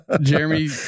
jeremy